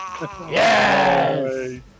Yes